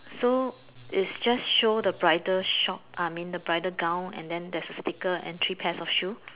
so is just show the bridal short I mean the bridal gown and then there is a sticker and three pairs of shoe